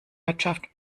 wirtschaft